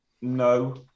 no